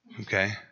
Okay